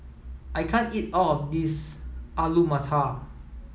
I can't eat all of this Alu Matar